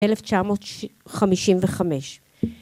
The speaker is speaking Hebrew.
1955